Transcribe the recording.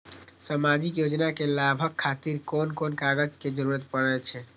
सामाजिक योजना के लाभक खातिर कोन कोन कागज के जरुरत परै छै?